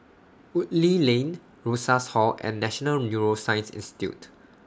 Woodleigh Lane Rosas Hall and National Neuroscience Institute